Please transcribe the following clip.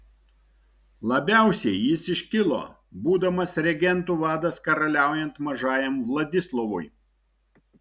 labiausiai jis iškilo būdamas regentų vadas karaliaujant mažajam vladislovui